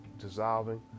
dissolving